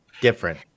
different